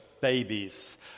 babies